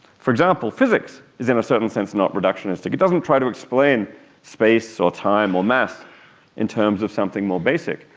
for example, physics is in a certain sense not reductionistic. it doesn't try to explain space or time or mass in terms of something more basic,